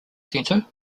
centre